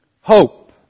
hope